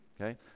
Okay